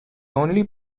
only